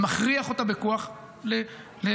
ומכריח אותה בכוח למכור.